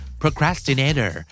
procrastinator